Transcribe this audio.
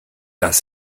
das